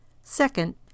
Second